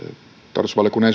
tarkastusvaliokunnan